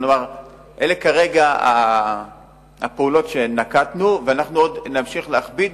כרגע אלה הפעולות שנקטנו, ונמשיך להכביד עוד.